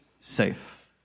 safe